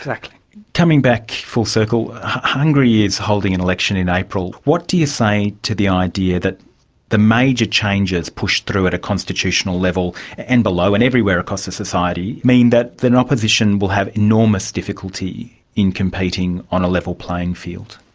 like coming back full circle, hungary is holding an election in april. what do you say to the idea that the major changes pushed through at a constitutional level and below and everywhere across the society mean that an opposition will have enormous difficulty in competing on a level playing field?